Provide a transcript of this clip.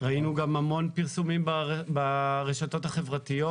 וראינו גם המון פרסומים ברשתות החברתיות,